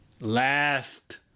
last